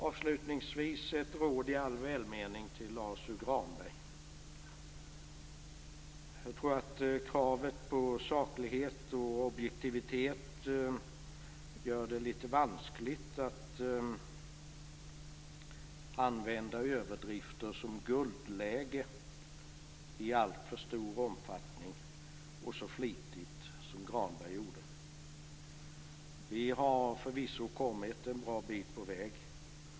Avslutningsvis ett råd i all välmening till Lars U Granberg: Jag tror att kravet på saklighet och objektivitet gör det litet vanskligt att använda överdrifter som "guldläge" i alltför stor omfattning och så flitigt som Granberg gjorde. Vi har förvisso kommit en bra bit på väg.